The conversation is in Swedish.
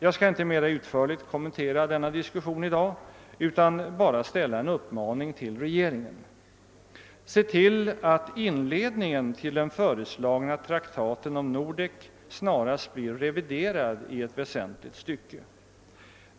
Jag skall inte mer utförligt kommentera denna diskussion i dag utan bara rikta en uppmaning till regeringen: Se till att inledningen till den föreslagna traktaten om Nordek snarast blir reviderad i ett väsentligt stycke!